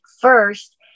first